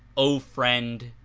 o friend,